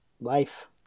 Life